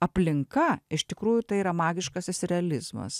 aplinka iš tikrųjų tai yra magiškasis realizmas